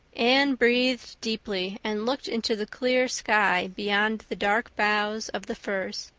anne breathed deeply, and looked into the clear sky beyond the dark boughs of the firs.